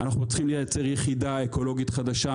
אנחנו צריכים לייצר יחידה אקולוגית חדשה.